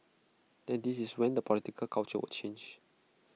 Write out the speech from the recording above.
and this is when the political culture will change